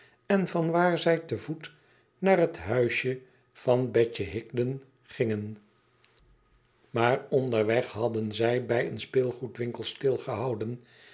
geholpen werdenen vanwaar zij te voet naar het huisje van betje higden gingen maar onderweg hadden zij bij een speelgoedwinkel stilgehouden